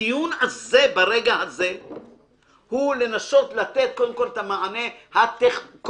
הדיון הזה ברגע הזה הוא לנסות לתת קודם כול את המענה הטכנולוגי,